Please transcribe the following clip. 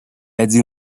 один